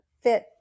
fit